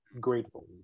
grateful